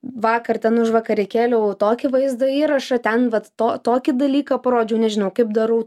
vakar ten užvakar įkėliau tokį vaizdo įrašą ten vat to tokį dalyką parodžiau nežinau kaip darau